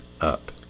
up